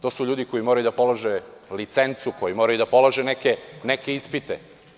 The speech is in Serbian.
To su ljudi koji moraju da polože licencu, koji moraju da polože neke ispite.